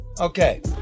Okay